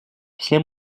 все